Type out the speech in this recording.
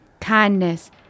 kindness